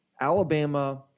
Alabama